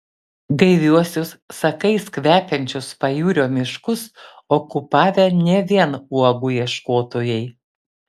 gaiviuosius sakais kvepiančius pajūrio miškus okupavę ne vien uogų ieškotojai